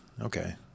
Okay